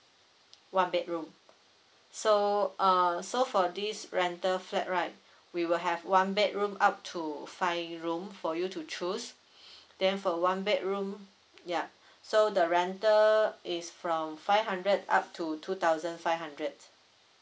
one bedroom so uh so for this rental flat right we will have one bedroom up to five room for you to choose then for one bedroom yup so the rental is from five hundred up to two thousand five hundred